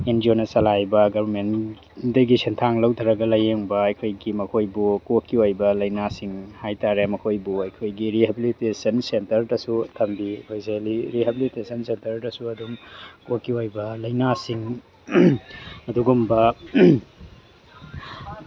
and G ꯑꯣꯅ ꯆꯂꯥꯏꯕ ꯒꯕꯔꯃꯦꯟꯗꯒꯤ ꯁꯦꯟꯊꯥꯡ ꯂꯧꯊꯔꯒ ꯂꯥꯏꯌꯦꯡꯕ ꯑꯩꯈꯣꯏꯒꯤ ꯃꯈꯣꯏꯕꯨ ꯀꯣꯛꯀꯤ ꯑꯣꯏꯕ ꯂꯥꯏꯅꯥꯁꯤꯡ ꯍꯥꯏꯇꯥꯔꯦ ꯃꯈꯣꯏꯕꯨ ꯑꯩꯈꯣꯏꯒꯤ ꯔꯤꯍꯦꯕꯤꯂꯤꯇꯦꯁꯟ ꯁꯦꯟꯇꯔꯗꯁꯨ ꯊꯝꯕꯤ ꯑꯩꯈꯣꯏꯁꯦ ꯔꯤꯍꯦꯕꯤꯂꯤꯇꯦꯁꯟ ꯁꯦꯟꯇꯔꯗꯁꯨ ꯑꯗꯨꯝ ꯀꯣꯛꯀꯤ ꯑꯣꯏꯕ ꯂꯥꯏꯅꯥꯁꯤꯡ ꯑꯗꯨꯒꯨꯝꯕ